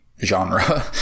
genre